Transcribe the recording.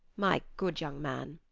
my good young man,